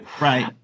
Right